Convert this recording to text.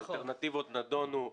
האלטרנטיבות נדונו.